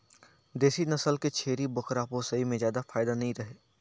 देसी नसल के छेरी बोकरा पोसई में जादा फायदा नइ रहें